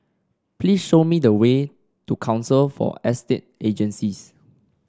please show me the way to Council for Estate Agencies